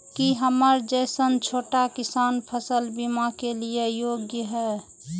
की हमर जैसन छोटा किसान फसल बीमा के लिये योग्य हय?